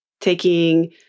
taking